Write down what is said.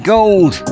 Gold